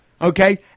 Okay